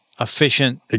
efficient